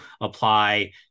apply